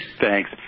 Thanks